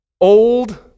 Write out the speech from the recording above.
old